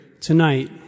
tonight